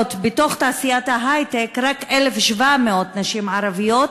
בתעשיית ההיי-טק רק 1,700 הן ערביות,